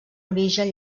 origen